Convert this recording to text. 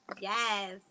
Yes